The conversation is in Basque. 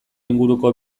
inguruko